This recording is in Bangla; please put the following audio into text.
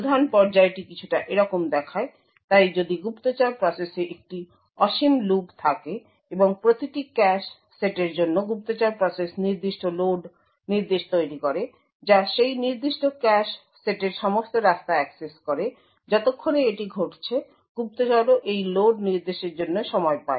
প্রধান পর্যায়টি কিছুটা এরকম দেখায় তাই যদি গুপ্তচর প্রসেসে একটি অসীম লুপ থাকে এবং প্রতিটি ক্যাশ সেটের জন্য গুপ্তচর প্রসেস নির্দিষ্ট লোড নির্দেশ তৈরি করে যা সেই নির্দিষ্ট ক্যাশ সেটের সমস্ত রাস্তা অ্যাক্সেস করে যতক্ষণে এটি ঘটছে গুপ্তচরও এই লোড নির্দেশের জন্য সময় পায়